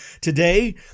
today